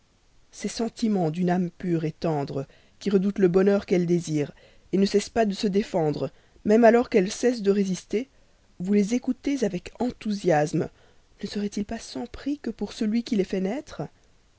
ces sentiments d'une âme pure tendre qui redoute le bonheur qu'elle désire ne cesse pas de se défendre même alors qu'elle cesse de résister vous les écoutez avec enthousiasme ne seraient-ils sans prix que pour celui qui les fait naître